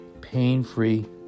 pain-free